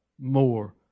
more